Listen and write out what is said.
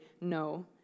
no